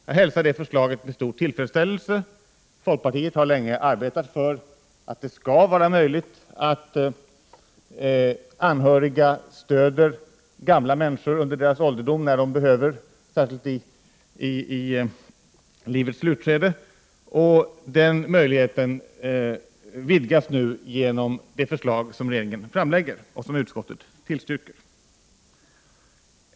Jag hälsar det förslaget med stor tillfredsställelse. Folkpartiet har länge arbetat för att det skall vara möjligt för anhöriga att stödja de gamla under deras ålderdom, särskilt i livets slutskede. Den möjligheten vidgas nu genom det förslag som regeringen har lagt fram och som utskottet tillstyrker.